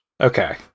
Okay